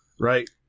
Right